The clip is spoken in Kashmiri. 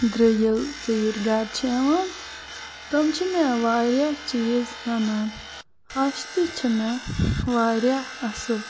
درُے ییٚلہِ ژیٖر گَرٕ چھِ یِوان تم چھِ مےٚ واریاہ چیٖز اَنان ہَش تہِ چھِ مے واریاہ اصل